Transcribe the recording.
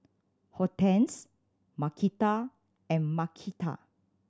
Hortense Markita and Marquita